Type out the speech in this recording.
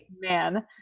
man